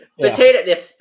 Potato